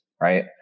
right